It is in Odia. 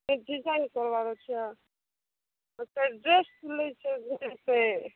ଏ ଡିଜାଇନ୍ କରିବାର ଇଚ୍ଛା ମୋତେ ଡ୍ରେସ୍ ସିଲେଇ ସେ